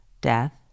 death